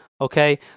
Okay